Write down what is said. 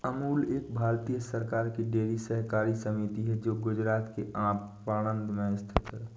अमूल एक भारतीय सरकार की डेयरी सहकारी समिति है जो गुजरात के आणंद में स्थित है